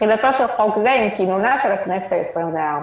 תחילתו של חוק זה עם כינונה של הכנסת העשרים-וארבע.